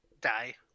Die